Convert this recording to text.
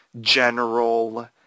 general